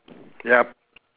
yup